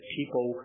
people